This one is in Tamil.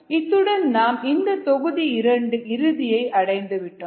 இத்துடன் நாம் இந்த தொகுதி 2 இறுதியை அடைந்து விட்டோம்